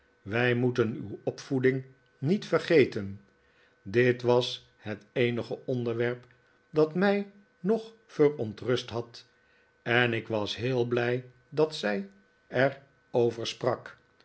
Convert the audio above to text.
wij moeten uw opvoeding niet vergeten dit was het eenige onderwerp dat mij nog verontrust had en ik was heel blij dat zij er over sprak